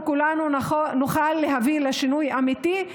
כולנו נוכל להביא לשינוי אמיתי,